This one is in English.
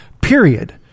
Period